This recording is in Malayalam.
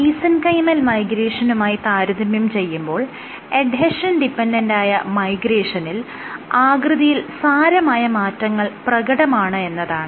മീസെൻകൈമൽ മൈഗ്രേഷനുമായി താരതമ്യം ചെയ്യുമ്പോൾ എഡ്ഹെഷൻ ഡിപെൻഡന്റായ മൈഗ്രേഷനിൽ ആകൃതിയിൽ സാരമായ മാറ്റങ്ങൾ പ്രകടമാണ് എന്നതാണ്